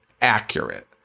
accurate